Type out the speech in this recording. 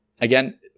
again